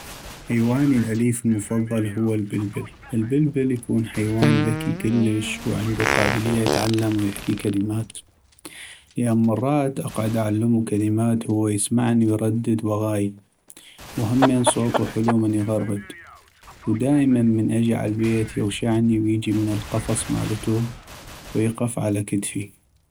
حيواني الاليف المفضل هو البلبل ، البلبل يكون حيوان ذكي كلش ، وعندو قابلية يتعلم ويحكي كلمات ، لأن مرات اقعد اعلمو كلمات وهو يسمعني ويردد وغاي ، وهمين صوتو حلو من يغرد ، ودائماً من اجي عالبيت يغشعني ويجي من القفص مالتو ويقف على كتفي.